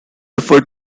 refer